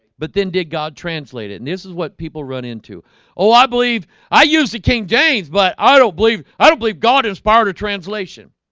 but then did god translate it and this is what people run into oh, i believe i used to king james, but i don't believe i don't believe god is part of translation.